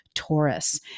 Taurus